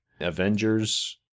Avengers